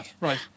Right